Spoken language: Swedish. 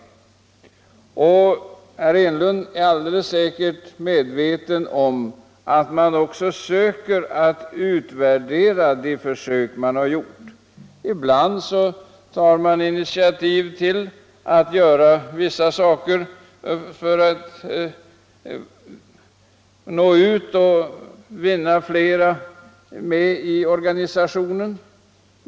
Man försöker också utvärdera de försök man gör. Inom en förening tar man kanske initiativ i syfte att nå ut och få med fler i organisationen.